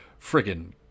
friggin